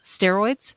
steroids